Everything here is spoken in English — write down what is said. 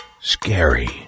Scary